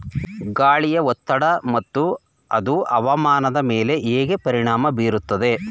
ಗಾಳಿಯ ಒತ್ತಡ ಮತ್ತು ಅದು ಹವಾಮಾನದ ಮೇಲೆ ಹೇಗೆ ಪರಿಣಾಮ ಬೀರುತ್ತದೆ?